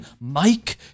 Mike